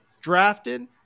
drafted